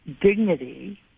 dignity